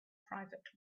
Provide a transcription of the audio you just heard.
private